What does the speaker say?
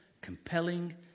compelling